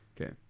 Okay